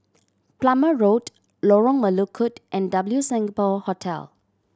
Plumer Road Lorong Melukut and W Singapore Hotel